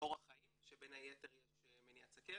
לאורח חיים, שבין היתר יש מניעת סוכרת,